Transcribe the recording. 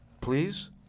Please